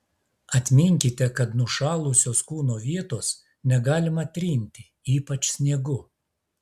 atminkite kad nušalusios kūno vietos negalima trinti ypač sniegu